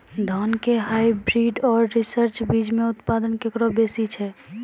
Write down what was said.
धान के हाईब्रीड और रिसर्च बीज मे उत्पादन केकरो बेसी छै?